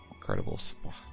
Incredibles